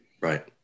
Right